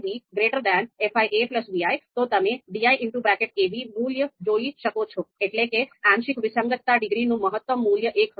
તેથી જો fi fi vi તો તમે diab મૂલ્ય જોઈ શકો છો એટલે કે આંશિક વિસંગતતા ડિગ્રી નું મહત્તમ મૂલ્ય ૧ હશે